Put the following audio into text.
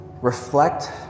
reflect